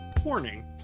Warning